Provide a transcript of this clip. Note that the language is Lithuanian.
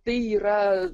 tai yra